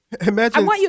Imagine